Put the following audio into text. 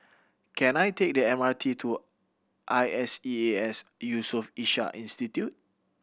can I take the M R T to I S E A S Yusof Ishak Institute